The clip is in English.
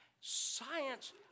Science